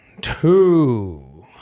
two